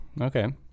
Okay